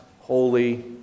holy